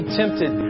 tempted